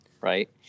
right